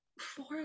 four